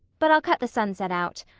but i'll cut the sunset out.